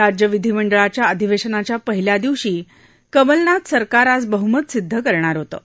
राज्य विधीमंडळाच्या अधिवश्जाच्या पहिल्या दिवशी कमलनाथ सरकार आज बहुमत सिद्ध करणार होतं